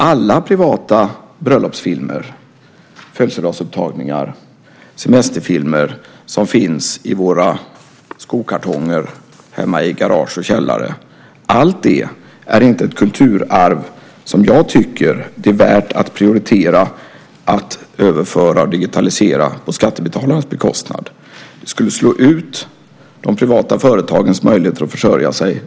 Alla privata bröllopsfilmer, födelsedagsupptagningar och semesterfilmer som finns i våra skokartonger hemma i garage och källare är inte ett kulturarv som jag tycker är värt att prioritera att överföra och digitalisera på skattebetalarnas bekostnad. Det skulle slå ut de privata företagens möjligheter att försörja sig.